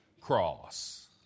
cross